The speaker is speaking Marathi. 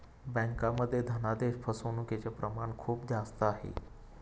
बँकांमध्ये धनादेश फसवणूकचे प्रमाण खूप जास्त आहे